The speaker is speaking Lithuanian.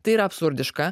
tai yra absurdiška